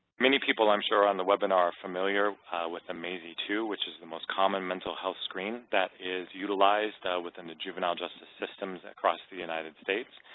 many people i'm sure on the webinar are familiar with the maysi two, which is the most common mental health screen that is utilized within the juvenile justice systems across the united states.